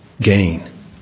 gain